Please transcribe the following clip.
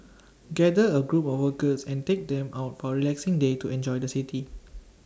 gather A group of workers and take them out for relaxing day to enjoy the city